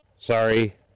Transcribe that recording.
sorry